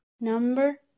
Number